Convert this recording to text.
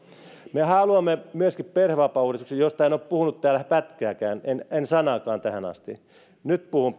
me haluamme myöskin perhevapaauudistuksen josta en ole puhunut täällä pätkääkään en en sanaakaan tähän asti nyt puhun